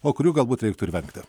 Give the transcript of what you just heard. o kurių galbūt reiktų ir vengti